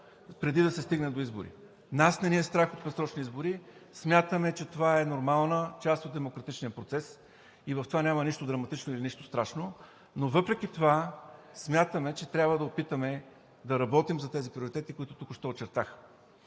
преди да се стигне до избори. Нас не ни е страх от предсрочни избори. Смятаме, че това е нормално – част от демократичния процес, и в това няма нищо драматично и нищо страшно. Но въпреки това смятаме, че трябва да опитаме да работим за тези приоритети, които току-що очертах.